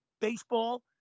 baseball